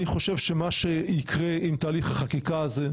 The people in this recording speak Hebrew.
אני חושב שמה שיקרה עם תהליך החקיקה הזה,